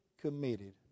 committed